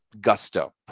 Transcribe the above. gusto